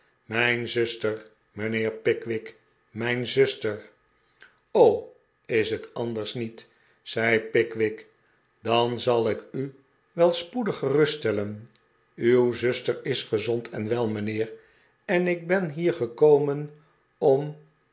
mijn zuster mijnheer pickwick mijn zuster g is het anders niet zei pickwick dan zal ik u wel spoedig geruststellen uw zuster is gezond en wel mijnheer en ik ben hier gekomen om